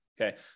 Okay